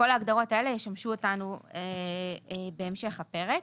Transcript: כל ההגדרות האלה ישמשו אותנו בהמשך הפרק.